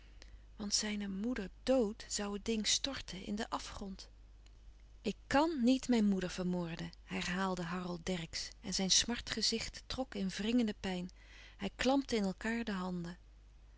want zijne moeder dd zoû het ding storten in den afgrond ik kàn niet mijn moeder vermoorden herhaalde harold dercksz en zijn smartgezicht trok in wringende pijn hij klampte in elkaâr de handen